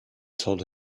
told